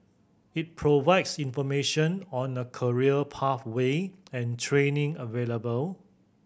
it provides information on a career pathway and training available